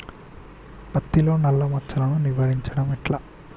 పత్తిలో నల్లా మచ్చలను నివారించడం ఎట్లా?